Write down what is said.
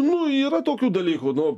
nu yra tokių dalykų nu